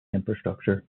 infrastructure